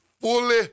fully